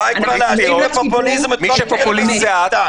די כבר להאשים בפופוליזם את כל מי --- מי שפופוליסט זה את,